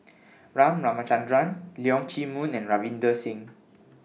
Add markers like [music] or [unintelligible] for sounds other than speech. [unintelligible] Ramachandran Leong Chee Mun and Ravinder Singh